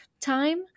time